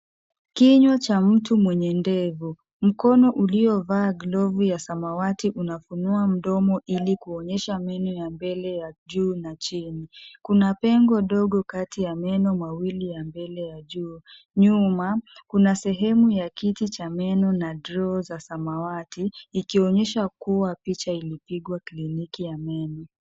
Kinywa cha mtu mwenye ndevu. Mkono uliovaa glovu ya samawati unafunua mdomo ili kuonyesha meno ya mbele ya juu na chini. Kuna pengo dogo kati ya meno mawili ya mbele ya juu. Nyuma, kuna sehemu ya kiti cha meno na droo za samawati, ikionyesha kuwa picha ilipigwa kliniki ya meno.